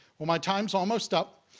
well, my time's almost up.